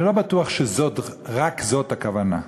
אני לא בטוח שרק זאת הכוונה.